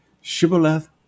Shibboleth